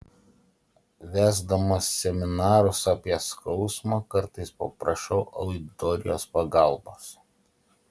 vesdamas seminarus apie skausmą kartais paprašau auditorijos pagalbos